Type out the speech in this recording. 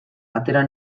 atera